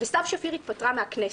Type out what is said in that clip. וסתיו שפיר התפטרה מהכנסת,